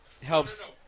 helps